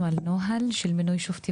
שלום,